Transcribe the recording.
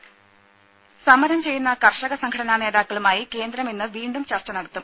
ദേദ സമരം ചെയ്യുന്ന കർഷക സംഘടനാ നേതാക്കളുമായി കേന്ദ്രം ഇന്ന് വീണ്ടും ചർച്ച നടത്തും